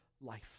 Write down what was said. life